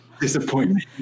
Disappointment